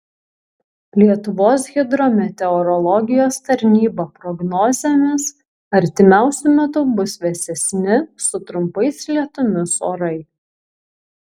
lietuvos hidrometeorologijos tarnyba prognozėmis artimiausiu metu bus vėsesni su trumpais lietumis orai